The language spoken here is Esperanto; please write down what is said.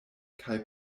kaj